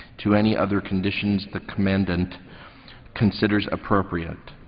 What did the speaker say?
to any other conditions the commandant considers appropriate.